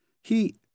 He—